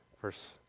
first